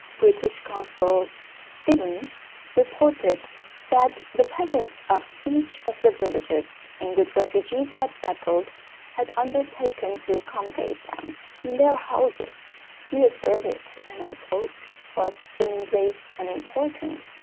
british consul stevens reported that the peasants of each of the villages in which refugees had settled had undertaken to accommodate them in their houses he asserted, and i quote whilst seemingly unimportant,